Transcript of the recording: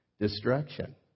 destruction